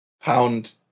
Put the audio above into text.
pound